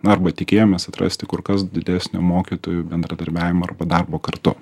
nu arba tikėjomės atrasti kur kas didesnio mokytojų bendradarbiavimo arba darbo kartu